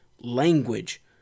language